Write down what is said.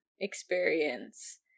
experience